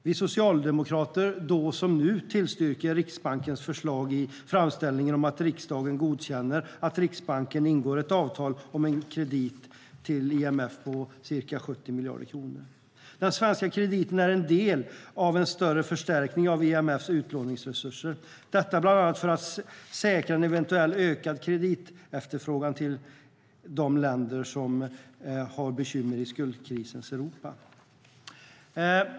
Då som nu tillstyrker vi socialdemokrater Riksbankens förslag i framställningen om att riksdagen godkänner att Riksbanken ingår ett avtal om en kredit till IMF på ca 70 miljarder kronor. Den svenska krediten är en del av en större förstärkning av IMF:s utlåningsresurser som behövs för att säkra en eventuellt ökad kreditefterfrågan från de länder som har bekymmer i skuldkrisens Europa.